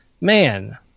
man